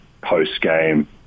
post-game